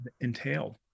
entailed